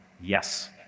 yes